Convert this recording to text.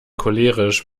cholerisch